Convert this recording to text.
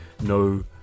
no